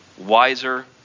wiser